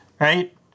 right